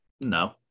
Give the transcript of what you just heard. No